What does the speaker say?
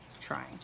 trying